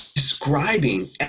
describing